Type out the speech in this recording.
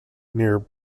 near